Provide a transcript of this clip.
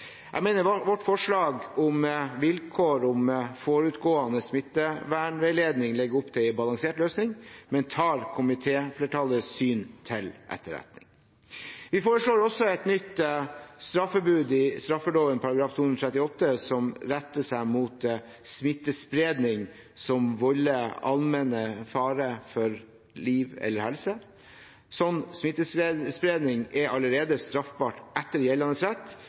Jeg mener at vårt forslag om vilkår om forutgående smittevernveiledning legger opp til en balansert løsning, men tar komitéflertallets syn til etterretning. Vi foreslår også et nytt straffebud i straffeloven § 238, som retter seg mot smittespredning som volder allmenn fare for liv eller helse. Slik smittespredning er allerede straffbart etter gjeldende rett,